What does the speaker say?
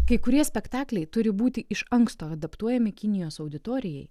kai kurie spektakliai turi būti iš anksto adaptuojami kinijos auditorijai